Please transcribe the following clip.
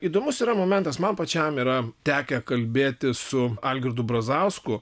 įdomus yra momentas man pačiam yra tekę kalbėtis su algirdu brazausku